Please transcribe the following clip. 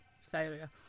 failure